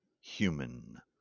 human